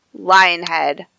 Lionhead